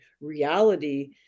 reality